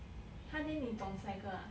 !huh! then 你懂 cycle ah